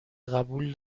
قبول